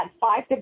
five